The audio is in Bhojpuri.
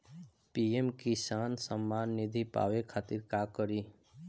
पी.एम किसान समान निधी पावे खातिर का करी?